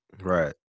Right